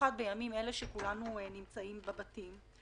במיוחד בימים אלה שכולנו נמצאים בבתים.